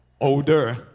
Older